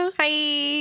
hi